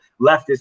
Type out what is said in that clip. leftist